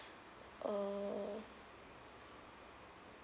uh